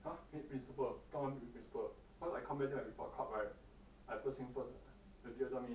!huh! meet principal 干吗 meet principal cause I come back then I give report card right I first thing first my teacher tell me